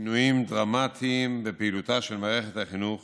שינויים דרמטיים בפעילותה של מערכת החינוך